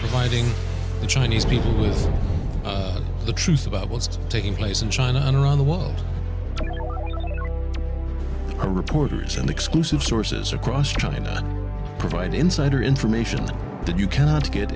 fighting the chinese people is the truth about what's taking place in china and around the world are reporters and exclusive sources across china provide insider information that you cannot get